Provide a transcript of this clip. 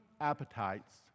appetites